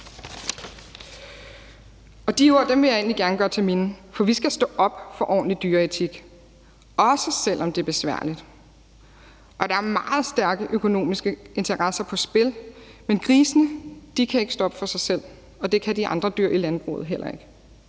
De ord vil jeg egentlig gerne gøre til mine, for vi skal stå op for ordentlig dyreetik, også selv om det er besværligt. Og der er meget stærke økonomiske interesser på spil, men grisene kan ikke stå op for sig selv, og det kan de andre dyr i landbruget heller ikke,